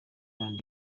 and